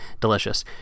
delicious